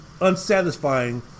Unsatisfying